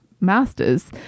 master's